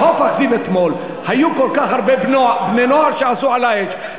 בחוף אכזיב אתמול היו כל כך הרבה בני-נוער שעשו "על האש",